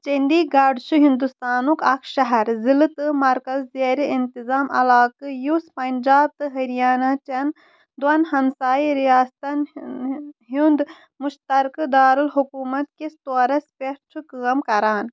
چندی گڑھ چھُ ہِندُستانُک اَکھ شہر ضِلعہٕ تہٕ مرکز زیرِ اِنتظام علاقہٕ یُس پَنجاب تہٕ ۂریانہ چٮ۪ن دۄن ہمسایہِ رِیاستَن ہُنٛد مُشتَرکہٕ دارُالحکوٗمتکِس طورَس پٮ۪ٹھ چھُ کٲم کران